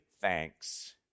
thanks